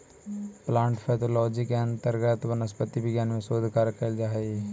plant pathology के अंतर्गत वनस्पति विज्ञान में शोध कार्य कैल जा हइ